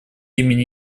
имени